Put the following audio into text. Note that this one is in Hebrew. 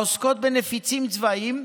העוסקות בנפיצים צבאיים.